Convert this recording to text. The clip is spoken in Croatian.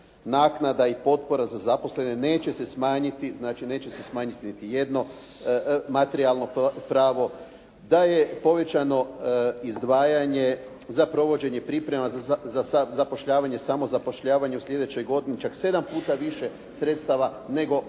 smanjiti, znači neće se smanjiti niti jedno materijalno pravo, da je povećano izdvajanje za provođenje priprema za zapošljavanje, samo zapošljavanje čak sedam puta više sredstava nego koliko je